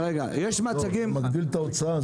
זה מגדיל את ההוצאה,